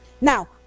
Now